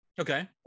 okay